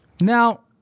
Now